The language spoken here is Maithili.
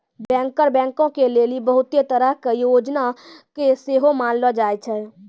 बैंकर बैंको के लेली बहुते तरहो के योजना के सेहो लानलो जाय छै